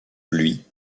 lui